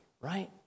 right